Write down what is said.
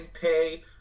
Pay